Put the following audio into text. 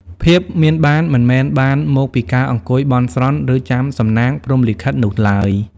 ភាពមានបានមិនមែនបានមកពីការអង្គុយបន់ស្រន់ ឬចាំសំណាងព្រហ្មលិខិតនោះឡើយ។